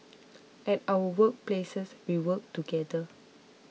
at our work places we work together